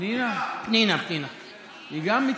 פנינה תמנו.